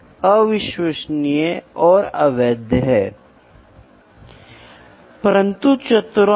इसलिए एक अभियंता पिक्चरों को मापने में रुचि रखता है और उनके नियंत्रण के लिए भी चिंतित रहता है